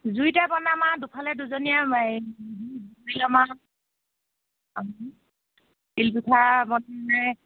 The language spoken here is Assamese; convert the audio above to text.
জুইতে বনাম আৰু দুফালে দুজনীয়ে হেৰি বহি ল'ম আৰু তিলপিঠা বনাই